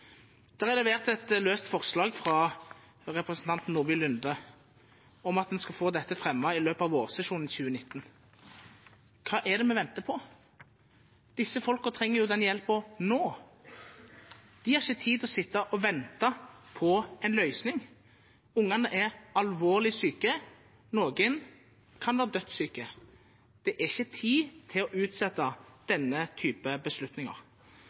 er levert et løst forslag fra representanten Nordby Lunde om at en skal få dette fremmet i løpet av vårsesjonen 2019. Hva er det vi venter på? Disse folkene trenger den hjelpen nå. De har ikke tid til å sitte og vente på en løsning. Ungene er alvorlig syke, noen kan være dødssyke. Det er ikke tid til å utsette denne typen beslutninger.